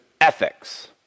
ethics